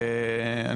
בוקר טוב.